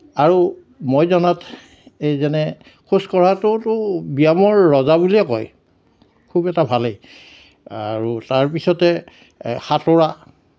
আৰু মই জনাত এই যেনে খোজ কঢ়াটোটো ব্যায়ামৰ ৰজা বুলিয়ে কয় খুব এটা ভালেই আৰু তাৰ পিছতে সাঁতোৰা